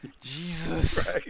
jesus